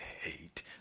hate